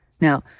Now